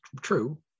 true